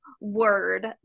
word